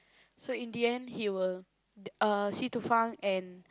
so in the end he will uh Si Tu Feng and